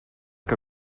que